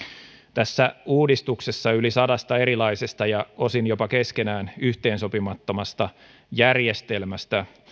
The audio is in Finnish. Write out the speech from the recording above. tässä uudistuksessa yli sadasta erilaisesta ja osin jopa keskenään yhteensopimattomasta järjestelmästä